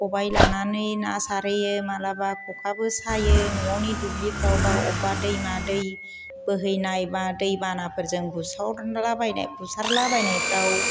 खबाइ लानानै ना सारहैयो मालाबा ख'खाबो सायो न'नि दुब्लिफ्राव एबा बबेबा दैमा दै बोहैनाय एबा दैबानाफोरजों बुंसावलाबायनाय बुसारलाबायनायफ्राव